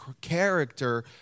character